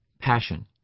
passion